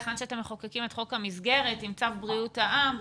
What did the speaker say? היכן שאתם מחוקקים את חוק המסגרת עם צו בריאות העם.